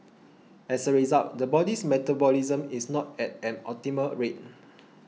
as a result the body's metabolism is not at an optimal rate